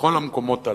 בכל המקומות הללו.